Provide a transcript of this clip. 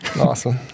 Awesome